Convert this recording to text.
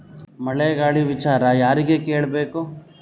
ಮಳೆ ಗಾಳಿ ವಿಚಾರ ಯಾರಿಗೆ ಕೇಳ್ ಬೇಕು?